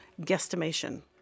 guesstimation